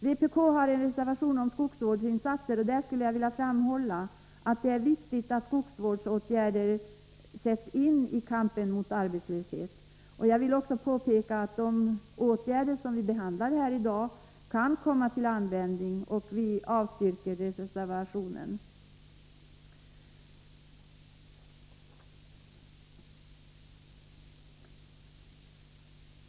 Vpk har också en reservation om skogsvårdsinsatser. Jag vill framhålla att vi delar uppfattningen att det är viktigt att skogsvårdsåtgärder sätts in i kampen mot arbetslöshet. De åtgärder som vi diskuterar här i dag kan behöva vidtas. Därför avstyrker vi reservationen.